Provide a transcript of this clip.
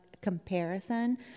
comparison